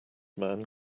man